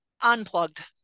Unplugged